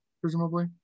Presumably